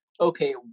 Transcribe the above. okay